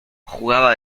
jugaba